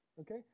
okay